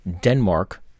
Denmark